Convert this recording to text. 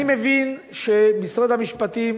אני מבין שמשרד המשפטים